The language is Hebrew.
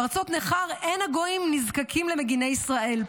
בארצות נכר אין הגויים נזקקים למגיני ישראל,